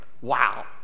Wow